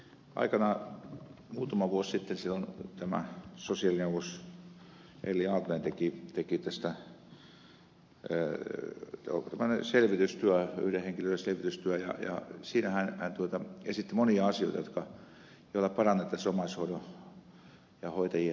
aikanaan muutama vuosi sitten sosiaalineuvos elli aaltonen teki tästä selvitystyön yhden henkilön selvitystyön ja siinä hän esitti monia asioita joilla parannettaisiin omaishoidon ja hoitajien asemaa ja hoidettavien asemaa